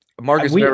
Marcus